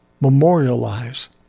memorialize